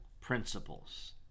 principles